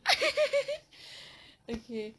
okay